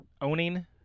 owning